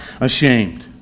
ashamed